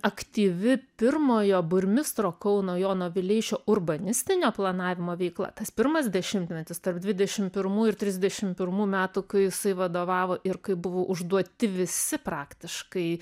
aktyvi pirmojo burmistro kauno jono vileišio urbanistinio planavimo veikla tas pirmas dešimtmetis tarp dvidešim pirmų ir trisdešim primų metų kai jisai vadovavo ir kai buvo užduoti visi praktiškai